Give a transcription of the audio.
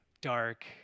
dark